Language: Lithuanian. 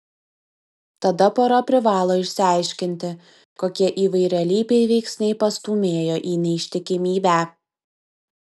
tada pora privalo išsiaiškinti kokie įvairialypiai veiksniai pastūmėjo į neištikimybę